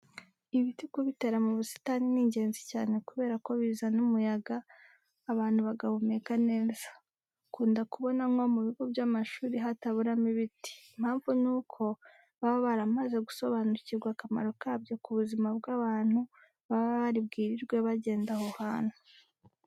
Ibiti kubitera mu busitani ni ingenzi cyane kubera ko bizana umuyaga abantu bagahumeka neza. Ukunda kubona nko mu bigo by'amashuri hataburamo ibiti, impamvu ni uko baba baramaze gusobanukirwa akamaro kabyo ku buzima bw'abantu baba bari bwirirwe bagenda aho ngaho.